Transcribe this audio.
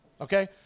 Okay